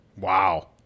Wow